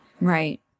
Right